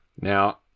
Now